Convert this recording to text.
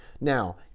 Now